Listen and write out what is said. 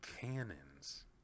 cannons